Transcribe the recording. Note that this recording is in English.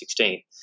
2016